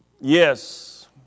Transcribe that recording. Yes